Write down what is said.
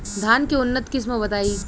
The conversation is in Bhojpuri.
धान के उन्नत किस्म बताई?